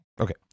Okay